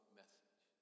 message